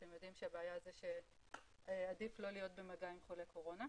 אתם יודעים שהבעיה היא שעדיף לא להיות במגע עם חולה קורונה.